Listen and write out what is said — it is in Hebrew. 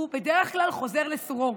הוא בדרך כלל חוזר לסורו,